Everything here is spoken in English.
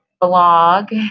blog